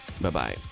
Bye-bye